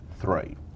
three